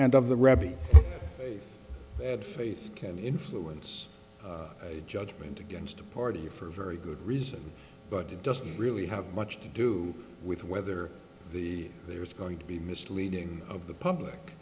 and of the rebbie faith can influence a judgment against a party for very good reason but it doesn't really have much to do with whether the there is going to be misleading of the public